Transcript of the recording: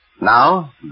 Now